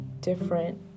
different